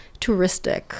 touristic